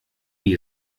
wie